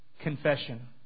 confession